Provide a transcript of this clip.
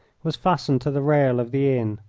was fastened to the rail of the inn.